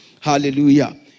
Hallelujah